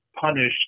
punished